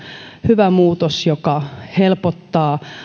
hyvä muutos joka helpottaa